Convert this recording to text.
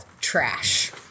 trash